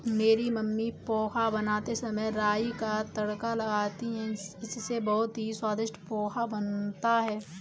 मेरी मम्मी पोहा बनाते समय राई का तड़का लगाती हैं इससे बहुत ही स्वादिष्ट पोहा बनता है